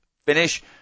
finish